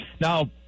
Now